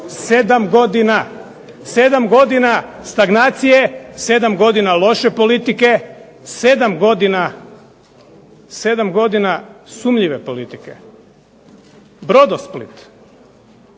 7 godina stagnacije, 7 godina loše politike, 7 godina sumnjive politike. Brodosplit.